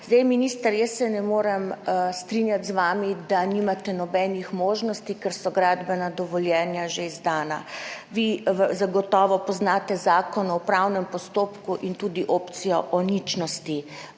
Minister, jaz se ne morem strinjati z vami, da nimate nobenih možnosti, ker so gradbena dovoljenja že izdana. Vi zagotovo poznate zakon o upravnem postopku in tudi opcijo o ničnosti